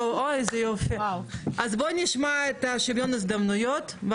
איזה יופי, אז בואו נשמע את שוויון ההזדמנויות.